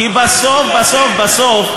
כי בסוף בסוף בסוף,